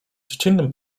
dziecinnym